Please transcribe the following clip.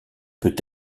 peut